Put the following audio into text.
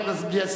משתכנע.